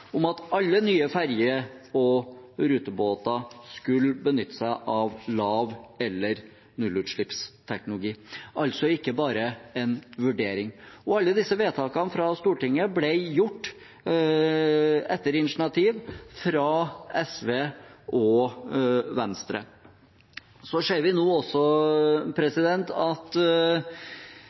om at alle nye ferje- og rutebåter skulle benytte seg av lav- eller nullutslippsteknologi – altså ikke bare en vurdering – og alle disse vedtakene fra Stortinget ble gjort etter initiativ fra SV og Venstre. Vi ser også nå